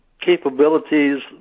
capabilities